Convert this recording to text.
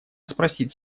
спросить